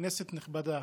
כנסת נכבדה,